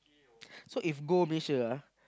so if go Malaysia ah